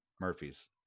Murphy's